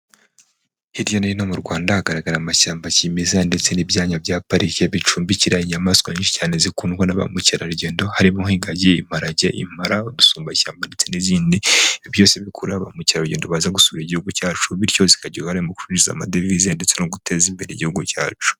Hirya no hino mu Rwanda hagaragara amashyamba ya kimeza ndetse n'ibyanya bya pariki bicumbikira inyamaswa nyinshi cyane zikundwa na ba mukerarugendo, harimo nk'ingagi, imparage, impara, udusumbashyamba ndetse n'izindi, byose bikurura ba mukerarugendo baza gusura igihugu cyacu, bityo zikagira uruhare mu kwinjiza amadevize, ndetse no guteza imbere igihugu cyacu.